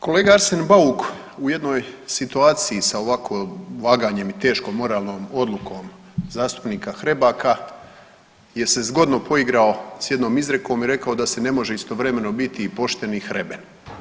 Kolega Arsen Bauk u jednoj situaciji sa ovako vaganjem i teškom moralnom odlukom zastupnika Hrebaka je se zgodno poigrao s jednom izrekom i rekao da se ne može istovremeno biti i pošten i hreben.